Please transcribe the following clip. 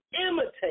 imitate